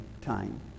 time